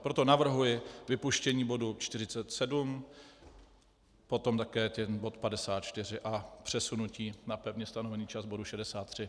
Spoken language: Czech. Proto navrhuji vypuštění bodu 47, potom také bod 54 a přesunutí na pevně stanovený čas bodu 63.